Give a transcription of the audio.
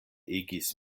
igis